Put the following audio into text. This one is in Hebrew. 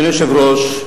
אדוני היושב-ראש,